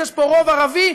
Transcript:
שיש בו רוב ערבי,